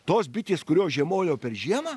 tos bitės kurios žiemojo per žiemą